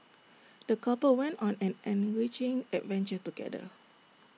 the couple went on an enriching adventure together